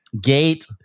gate